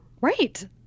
Right